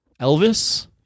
Elvis